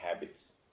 habits